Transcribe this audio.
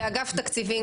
כאגף תקציבים,